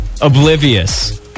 oblivious